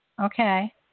Okay